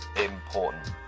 important